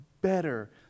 better